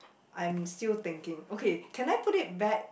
I'm still thinking okay can I put it back